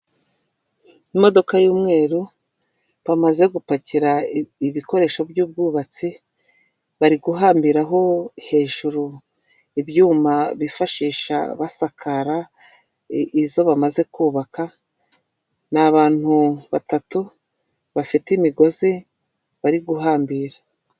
Imodoka y'umweru bamaze gupakira ibikoresho by'ubwubatsi, bari guhambiraho hejuru, ibyuma bifashisha basakara izo bamaze kubaka, ni abantu batatu bafite imigozi bari guhambira.